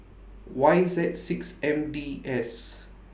Y Z six M D S